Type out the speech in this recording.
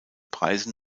preise